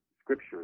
scriptures